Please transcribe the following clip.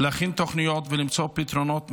להכין תוכניות ולמצוא פתרונות מעשיים.